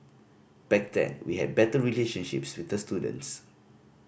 back then we had better relationships with the students